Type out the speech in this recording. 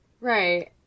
Right